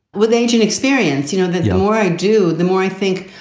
with age and experience you know, the the more i do, the more i think,